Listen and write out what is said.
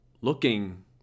looking